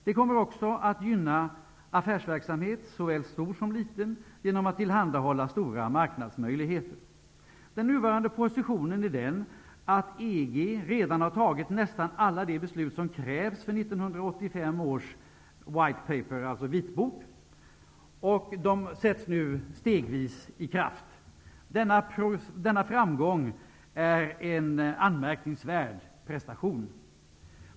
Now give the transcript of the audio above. Det kommer också att gynna affärsverksamhet, såväl stor som liten, genom att tillhandahålla stora marknadsmöjligheter. Den nuvarande konstruktionen är den, att EG redan har fattat nästan alla de beslut som krävs för 1985 års white paper -- alltså vitbok. Dessa träder nu stegvis i kraft. Denna framgång är en anmärkningsvärd prestation.